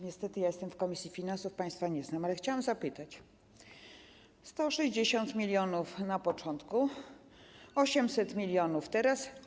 Niestety jestem w komisji finansów, państwa nie znam, ale chciałabym zapytać o 160 mln na początku i 800 mln teraz.